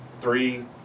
Three